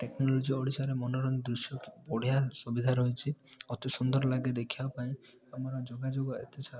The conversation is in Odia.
ଟେକନୋଲୋଜି ଓଡ଼ିଶାରେ ମନୋରଞ୍ଜ ଦୃଶ୍ୟ କି ବଢ଼ିଆ ସୁବିଧା ରହିଛି ଅତି ସୁନ୍ଦର ଲାଗେ ଦେଖିବାପାଇଁ ଆମର ଯୋଗାଯୋଗ ଏଥିସହ